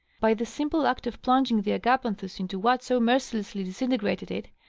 by the simple act of plunging the agapanthus into what so mercilessly disintegrated it,